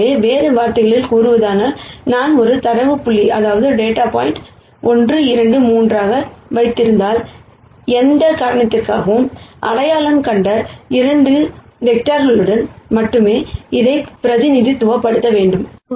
எனவே வேறு வார்த்தைகளில் கூறுவதானால் நான் ஒரு டேட்டா புள்ளி 1 2 3 ஐ வைத்திருந்தால் எந்த காரணத்திற்காகவும் அடையாளம் கண்ட 2 வெக்டார்களுடன் மட்டுமே இதை பிரதிநிதித்துவப்படுத்த விரும்புகிறேன் என்று சொன்னால் சிறந்த பிரதிநிதித்துவம் பின்வருமாறு